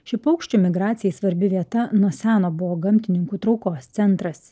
ši paukščių migracijai svarbi vieta nuo seno buvo gamtininkų traukos centras